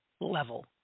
level